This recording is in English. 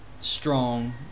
strong